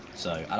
so.